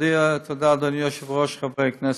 תודה, אדוני היושב-ראש, חברי הכנסת,